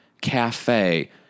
cafe